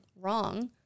wrong